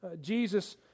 Jesus